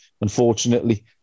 unfortunately